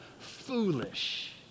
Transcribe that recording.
foolish